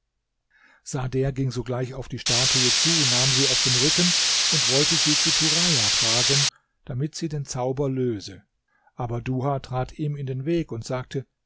sader ging sogleich auf die statue zu nahm sie auf den rücken und wollte sie zu turaja tragen damit sie den zauber löse aber duha trat ihm in den weg und sagte